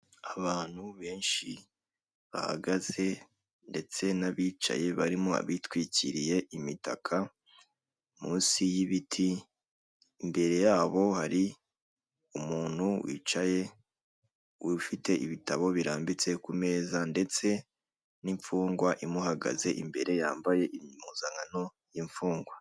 Abantu benshi bahagaze ndetse n'abicaye barimo bitwikiriye imitaka munsi y'ibiti, imbere y'abo hari umuntu wicaye ufite ibitabo birambitse ku meza ndetse n'imfungwa imuhagaze imbere yambaye impuzangano y'imfungwa.